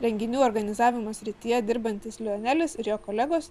renginių organizavimo srityje dirbantys lionelis ir jo kolegos